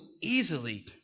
easily